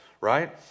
Right